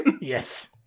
Yes